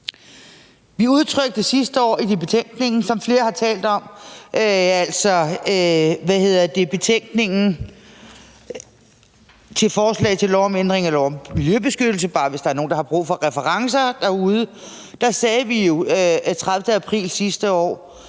Vi udtrykte jo sidste år i betænkningen, som flere har talt om, til forslag til lov om ændring af lov om miljøbeskyttelse – det er bare, hvis der er nogle derude, der har brug for referencer – den 30. april sidste år,